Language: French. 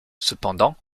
cependant